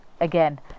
again